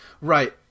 Right